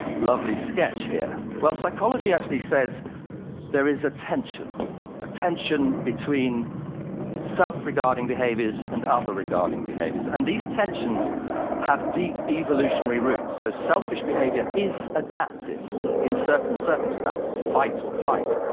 lovely sketch here? well psychology actually says there there is a tension a tension between self-regarding behaviors and other regarding behaviors. and these tensions have deep evolutionary roots, so selfish behavior is adaptive in certain circumstances fight or flight.